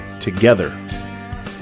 together